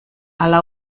ala